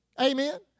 Amen